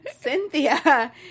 Cynthia